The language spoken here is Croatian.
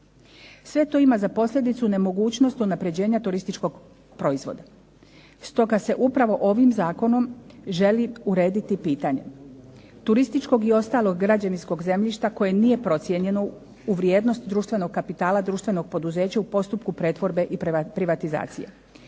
Sve to ima za posljedicu nemogućnost unapređenja turističkog proizvoda. Stoga se upravo ovim zakonom želi urediti pitanje turističkog i ostalog građevinskog zemljišta koje nije procijenjeno u vrijednost društvenog kapitala društvenog poduzeća u postupku pretvorbe i privatizacije,